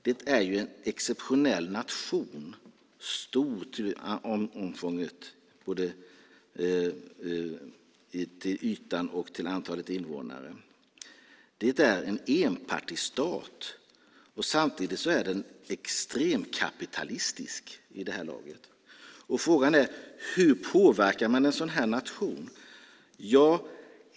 Det är ju en exceptionell nation, stor både till ytan och till antalet invånare. Det är en enpartistat. Samtidigt är den extremkapitalistisk vid det här laget. Frågan är: Hur påverkar man en sådan nation?